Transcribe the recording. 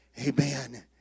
Amen